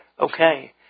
Okay